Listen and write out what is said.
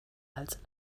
als